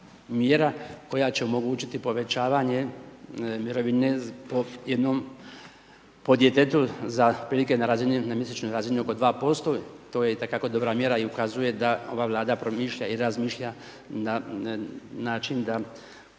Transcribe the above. koja će omogućiti povećavanje mirovine po jednom djetetu, za otprilike na mjesečnoj razini oko 2% to je itekako dobra mjera ukazuje da ova vlada promišlja i razmišlja na način da